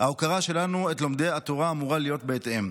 ההוקרה שלנו את לומדי התורה אמורה להיות בהתאם.